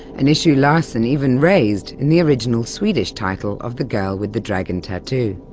an issue larsson even raised in the original swedish title of the girl with the dragon tattoo.